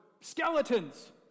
skeletons